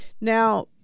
Now